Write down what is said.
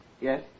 yes